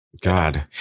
God